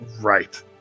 Right